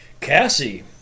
Cassie